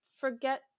forget